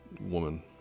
woman